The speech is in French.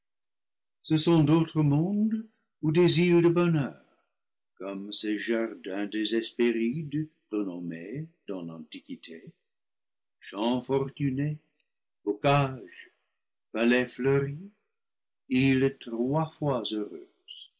ce sont d'autres mondes ou des îles de bonheur comme ces jardins des hespérides renommés dans l'antiquité champs fortunés bocages vallées fleuries îles trois fois heureuses